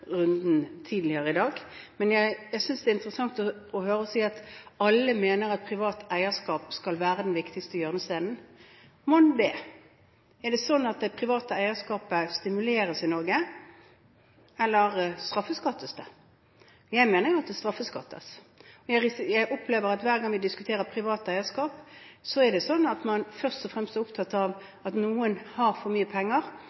runden tidligere i dag. Jeg synes det er interessant å høre at alle mener at privat eierskap skal være den viktigste hjørnesteinen. Mon det! Er det sånn at det private eierskapet stimuleres i Norge, eller straffeskattes det? Jeg mener at det straffeskattes. Jeg opplever at hver gang vi diskuterer privat eierskap, er det sånn at man først og fremst er opptatt av at noen har for mye penger,